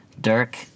Dirk